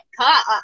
cut